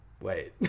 wait